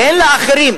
תן לאחרים.